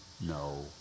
no